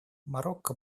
марокко